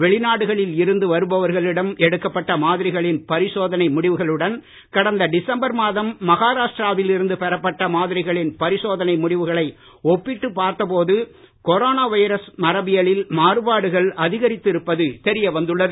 வெளிநாடுகளில் இருந்து வருபவர்களிடம் எடுக்கப்பட்ட மாதிரிகளின் பரிசோதனை முடிவுகளுடன் கடந்த டிசம்பர் மாதம் மகாராஷ்டிராவில் இருந்து பெறப்பட்ட மாதிரிகளின் பரிசோதனை முடிவுகளை ஒப்பிட்டு பார்த்த போது கொரோனா வைரஸ் மரபியலில் மாறுபாடுகள் அதிகரித்து இருப்பது தெரியவந்துள்ளது